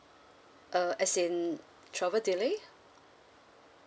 uh as in travel delay